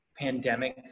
pandemics